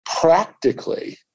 practically